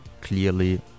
clearly